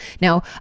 Now